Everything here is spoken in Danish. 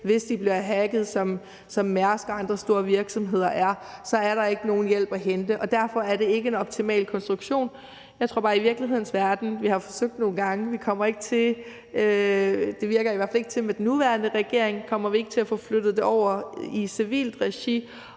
hvis de bliver hacket, som Mærsk og andre store virksomheder er blevet. Og så er der ikke nogen hjælp at hente. Derfor er det ikke en optimal konstruktion. Vi har forsøgt nogle gange, men jeg tror bare ikke, at vi i virkelighedens verden – det virker i hvert fald ikke til det med den nuværende regering – kommer til at få flyttet det over i civilt regi,